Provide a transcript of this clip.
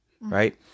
right